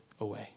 away